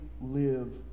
live